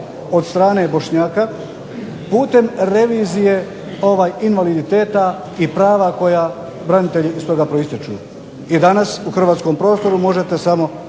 od strane Bošnjaka putem revizije invaliditeta i prava koja branitelji stoga proistječu. I danas u hrvatskom prostoru možete samo